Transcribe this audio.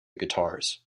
guitars